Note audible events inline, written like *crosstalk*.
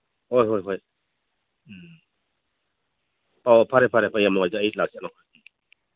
ꯍꯣꯏ ꯍꯣꯏ ꯍꯣꯏ ꯎꯝ ꯑꯣ ꯐꯔꯦ ꯐꯔꯦ ꯐꯔꯦ ꯌꯥꯝ ꯅꯨꯡꯉꯥꯏꯖꯔꯦ ꯑꯩ *unintelligible*